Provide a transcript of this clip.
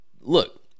Look